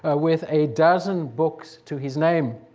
ah with a dozen books to his name.